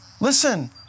Listen